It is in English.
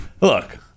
look